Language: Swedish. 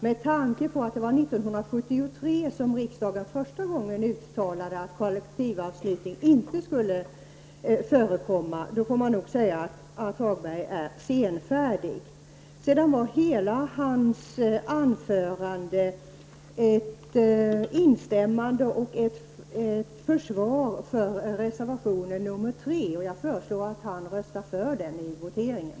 Med tanke på att det var 1973 som riksdagen första gången uttalade att kollektivanslutning inte skulle förekomma, får man nog säga att Hagberg är senfärdig. Sedan var hela hans anförande ett instämmande i och ett försvar för reservation 3. Jag föreslår att han röstar för den vid voteringen.